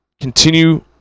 continue